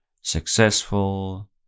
successful